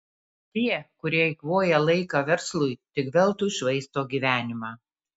tie kurie eikvoja laiką verslui tik veltui švaisto gyvenimą